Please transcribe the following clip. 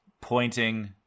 pointing